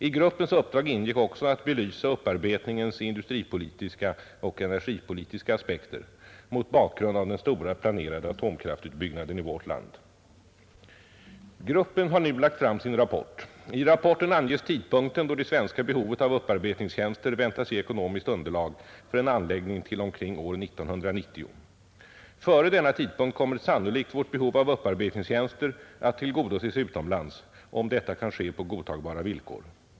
I gruppens uppdrag ingick även att belysa upparbetningens industripolitiska och energipolitiska aspekter mot bakgrund av den stora planerade atomkraftutbyggnaden i vårt land. Gruppen har nu lagt fram sin rapport. I rapporten anges tidpunkten då det svenska behovet av upparbetningstjänster väntas ge ekonomiskt underlag för en anläggning till omkring år 1990. Före denna tidpunkt kommer sannolikt vårt behov av upparbetningstjänster att tillgodoses utomlands, om detta kan ske på godtagbara villkor.